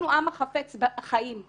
אנחנו עם החפץ בחיים.